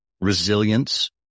resilience